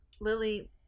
lily